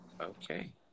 Okay